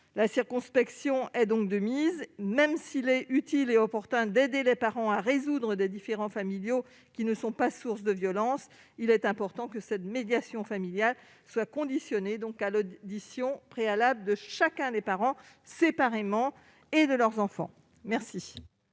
La circonspection est donc de mise. Même s'il est utile et opportun d'aider les parents à résoudre des différends familiaux qui ne sont pas source de violence, il est important que cette médiation familiale soit conditionnée à l'audition préalable de chacun des parents, séparément, et de leurs enfants. Quel